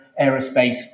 aerospace